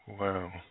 Wow